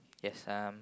yes um